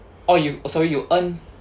oh you sorry you earn